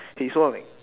!hey! so uh like